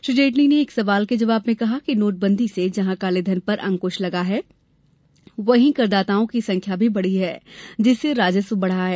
श्री जेटली ने एक सवाल के जवाब में कहा कि नोटबंदी से जहां कालेधन पर अंकृश लगा है वहीं करदाताओं की संख्या भी बढ़ी है जिससे राजस्व बढ़ा है